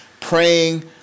Praying